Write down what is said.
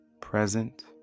present